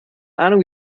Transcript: ahnung